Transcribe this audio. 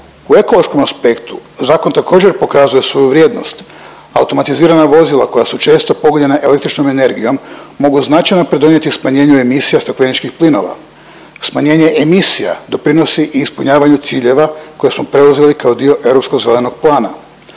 U ekološkom aspektu, zakon također pokazuje svoju vrijednost. Automatizirana vozila koja su često pogonjena električnom energijom mogu značajno pridonijeti smanjenju emisija stakleničkih plinova. Smanjenje emisija doprinos i ispunjavanju ciljeva koje smo preuzeli kao dio europskog zelenog plana.